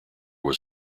was